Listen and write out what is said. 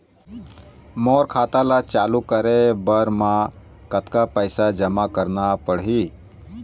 मोर खाता ला चालू रखे बर म कतका पैसा जमा रखना पड़ही?